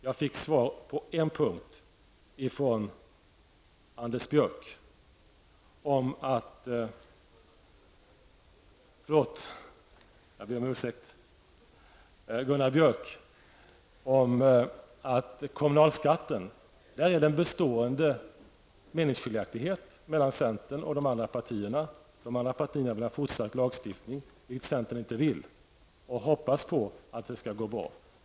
Jag fick svar på en punkt, och det var från Gunnar Björk, nämligen att det när det gäller kommunalskatten finns en bestående meningsskiljaktighet mellan centern och de andra partierna. De andra partierna vill ha fortsatt lagstiftning, vilket centern inte vill, utan man hoppas att det skall gå bra.